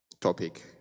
topic